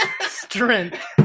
Strength